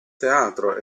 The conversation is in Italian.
teatro